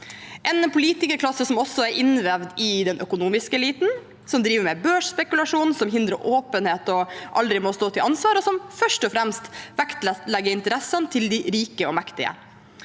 en politikerklasse som også er innvevd i den økonomiske eliten, som driver med børsspekulasjon, som hindrer åpenhet og aldri må stå til ansvar, og som først og fremst vektlegger interessene til de rike og mektige.